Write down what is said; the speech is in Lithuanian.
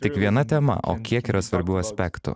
tik viena tema o kiek yra svarbių aspektų